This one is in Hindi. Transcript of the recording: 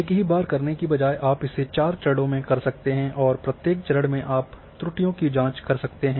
एक ही बार करने के बजाय आप इसे चार चरणों में कर सकते हैं और प्रत्येक चरण में आप त्रुटियों की जांच कर सकते हैं